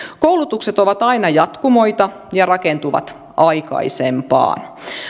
koulutukset ovat aina jatkumoita ja rakentuvat aikaisempaan